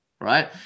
right